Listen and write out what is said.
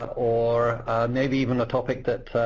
um or maybe even a topic that